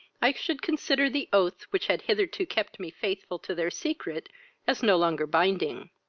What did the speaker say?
i should consider the oath which had hitherto kept me faithful to their secret as no longer binding.